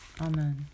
amen